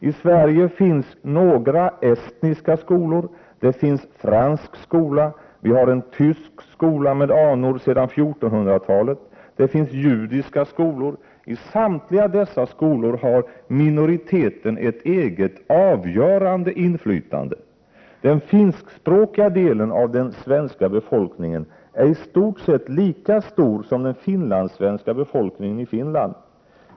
I Sverige finns några estniska skolor, det finns en fransk skola, vi har en tysk skola med anor från 1400-talet, det finns judiska skolor. I samtliga dessa skolor har minoriteten ett eget avgörande inflytande. Den finskspråkiga delen av den svenska befolkningen är i stort sett lika stor som den finlandssvenska befolkningen i Finland.